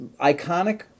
iconic